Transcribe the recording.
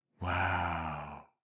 Wow